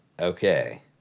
Okay